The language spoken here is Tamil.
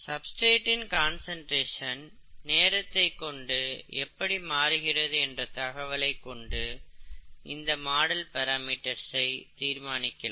சப்ஸ்டிரேட்டின் கான்சென்டிரேசன் நேரத்தைக் கொண்டு எப்படி மாறுகிறது என்ற தகவலை கொண்டு இந்த மாடல் பிராமீட்டர்ஸ்ஐ தீர்மானிக்கலாம்